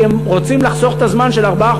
כי הם רוצים לחסוך את הזמן של ארבעה